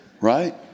Right